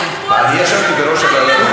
אני ישבתי בראש הוועדה,